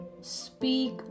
speak